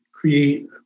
create